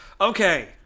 Okay